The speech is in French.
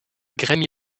grammy